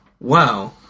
Wow